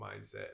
mindset